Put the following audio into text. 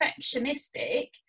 perfectionistic